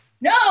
No